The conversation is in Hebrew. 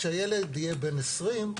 כאשר הילד יהיה בן 20,